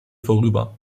vorüber